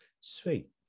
sweet